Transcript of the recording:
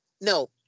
No